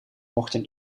mochten